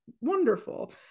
wonderful